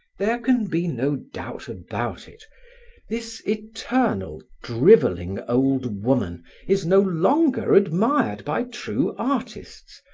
there can be no doubt about it this eternal, driveling, old woman is no longer admired by true artists,